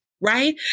Right